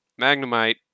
magnemite